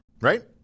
Right